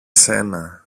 σένα